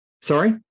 sorry